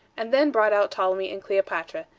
and then brought out ptolemy and cleopatra,